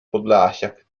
podlasiak